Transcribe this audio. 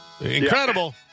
Incredible